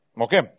Okay